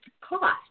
cost